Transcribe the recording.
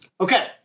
Okay